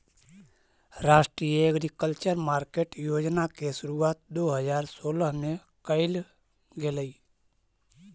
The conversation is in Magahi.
राष्ट्रीय एग्रीकल्चर मार्केट योजना के शुरुआत दो हज़ार सोलह में कैल गेलइ